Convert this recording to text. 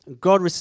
God